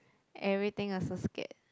everything also scared